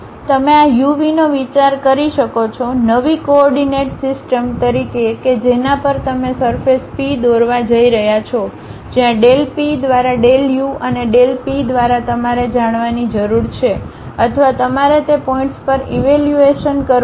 તમે આ uvનો વિચાર કરી શકો છો નવી કોઓર્ડિનેટ સિસ્ટમ તરીકે કે જેના પર તમે સરફેસ P દોરવા જઇ રહ્યા છો જ્યાં ડેલ P દ્વારા ડેલ u અને ડેલ P દ્વારા તમારે જાણવાની જરૂર છે અથવા તમારે તે પોઇન્ટ્સ પર ઈવેલ્યુએશન કરવું પડશે